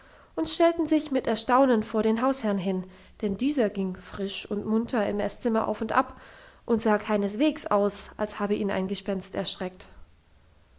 und stellten sich mit erstaunen vor den hausherrn hin denn dieser ging frisch und munter im esszimmer auf und ab und sah keineswegs aus als habe ihn ein gespenst erschreckt